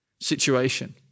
situation